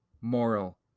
moral